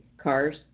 cars